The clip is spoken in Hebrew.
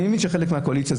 אני מבין שחלק מהקואליציה,